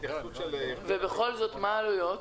ובכל זאת, מה העלויות?